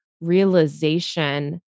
realization